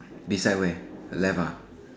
beside where left ah